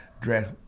dress